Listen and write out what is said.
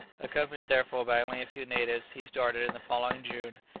accompanied, therefore, by only a few natives, he started in the following june,